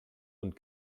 und